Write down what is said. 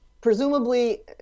presumably